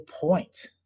point